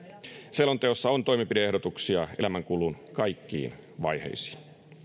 selonteossa on toimenpide ehdotuksia elämänkulun kaikkiin vaiheisiin